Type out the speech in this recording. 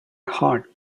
heart